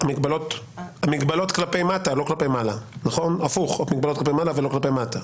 המגבלות כלפי מעלה ולא כלפי מטה.